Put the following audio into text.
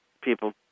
people